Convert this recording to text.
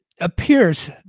appears